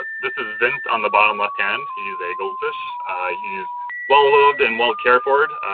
but this is vince on the bottom left hand, he is a goldfish. he is well-loved and well-cared for,